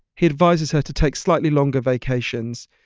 he advises her to take slightly longer vacations.